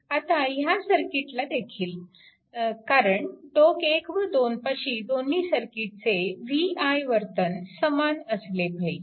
आता ह्या सर्किटला देखील कारण टोक 1 व 2 पाशी दोन्ही सर्किटचे v i वर्तन समान असले पाहिजे